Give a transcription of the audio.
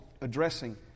addressing